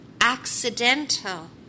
accidental